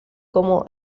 como